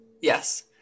Yes